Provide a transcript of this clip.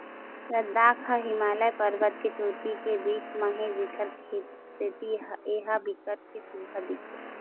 लद्दाख ह हिमालय परबत के चोटी के बीच म हे जेखर सेती ए ह बिकट के सुग्घर दिखथे